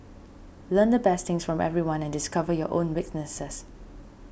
learn the best things from everyone and discover your own weaknesses